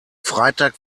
freitag